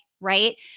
right